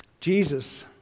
Jesus